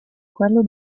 quello